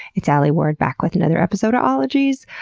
it's alie ward back with another episode of ologies.